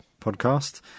podcast